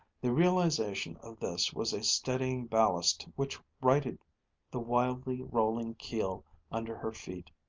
the realization of this was a steadying ballast which righted the wildly rolling keel under her feet.